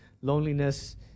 loneliness